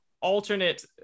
alternate